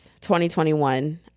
2021